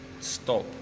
stop